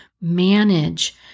manage